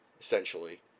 essentially